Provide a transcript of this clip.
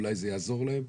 אולי זה יעזור להם.